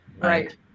Right